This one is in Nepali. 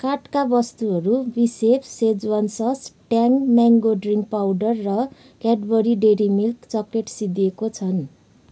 कार्टका वस्तुहरू बिसेफ Schezwan sauce Tang mango drink powder र क्याडबरी डेरी मिल्क चकलेट सिद्धिएको छन्